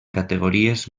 categories